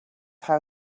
how